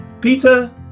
Peter